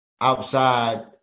outside